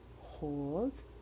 hold